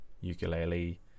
ukulele